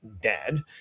dead